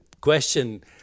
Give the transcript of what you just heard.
question